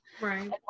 right